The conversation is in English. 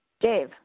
Dave